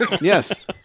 Yes